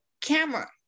camera